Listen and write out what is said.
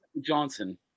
Johnson